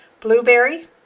Blueberry